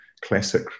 classic